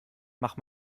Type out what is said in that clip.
mach